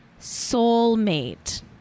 soulmate